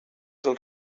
del